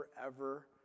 forever